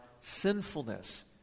sinfulness